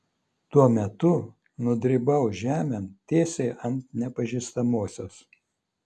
tuo metu nudribau žemėn tiesiai ant nepažįstamosios